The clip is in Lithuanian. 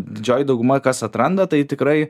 didžioji dauguma kas atranda tai tikrai